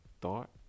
thought